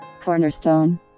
Cornerstone